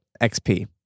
XP